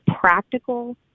practical